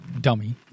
Dummy